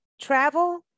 travel